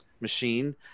machine